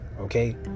Okay